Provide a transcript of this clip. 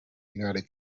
united